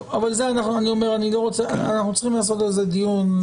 אנחנו צריכים לעשות על זה דיון.